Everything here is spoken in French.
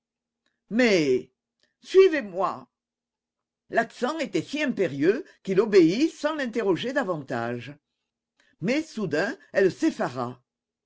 mais suivez-moi l'accent était si impérieux qu'il obéit sans l'interroger davantage mais soudain elle s'effara